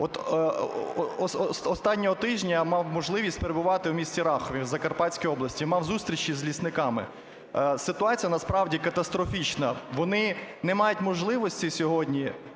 останнього тижня я мав можливість перебувати в місті Рахові в Закарпатській області і мав зустрічі з лісниками. Ситуація насправді катастрофічна: вони не мають можливості сьогодні